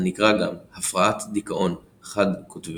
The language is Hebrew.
הנקרא גם "הפרעת דיכאון חד-קוטבית".